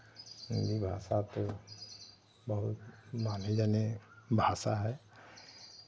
हिन्दी भाषा तो बहुत माने जाने भाषा है